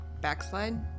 backslide